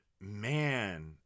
man